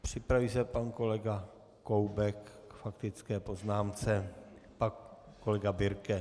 Připraví se pan kolega Koubek k faktické poznámce, pak kolega Birke.